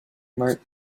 mark